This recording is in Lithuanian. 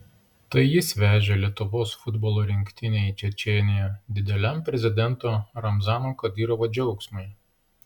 tai jis vežė lietuvos futbolo rinktinę į čečėniją dideliam prezidento ramzano kadyrovo džiaugsmui